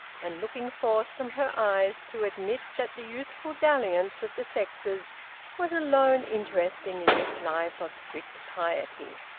and, looking forth from her eyes, to admit that the youthful dalliance of the sexes was alone interesting in this life of strict piety.